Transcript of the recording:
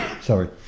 Sorry